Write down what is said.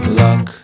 luck